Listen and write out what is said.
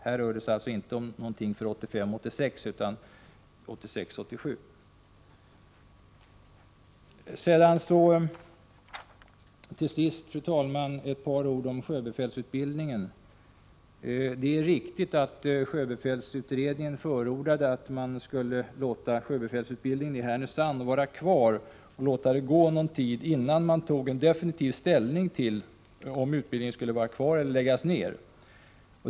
Här rör det sig alltså inte om någonting för 1985 87. Till sist, fru talman, ett par ord om sjöbefälsutbildningen. Det är riktigt att sjöbefälsutredningen förordade att man skulle låta sjöbefälsutbildningen i Härnösand vara kvar och låta det gå en tid innan man tar en definitiv ställning till om utbildningen skall vara kvar eller läggas ned.